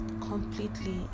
completely